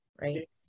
right